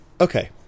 okay